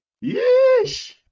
Yes